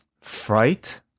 Fright